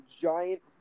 giant